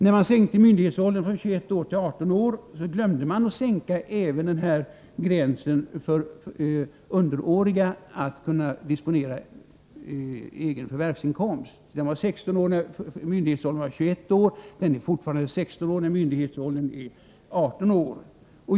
När man sänkte myndighetsåldern från 21 till 18 år glömde man att sänka åldersgränsen för underåriga när det gäller rätten att disponera egen förvärvsinkomst. Den var satt till 16 år när myndighetsåldern var 21 år, och den är fortfarande 16 år trots att myndighetsåldern nu är 18 år.